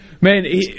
Man